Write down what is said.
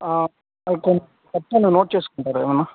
కొన్ని చెప్తాను నోట్ చేసుకుంటారా ఏమన్న